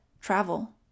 Travel